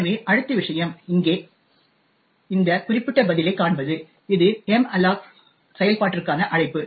எனவே அடுத்த விஷயம் இங்கே இந்த குறிப்பிட்ட பதிலைக் காண்பது இது மல்லோக் செயல்பாட்டிற்கான அழைப்பு